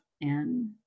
and-